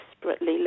desperately